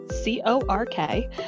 C-O-R-K